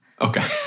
Okay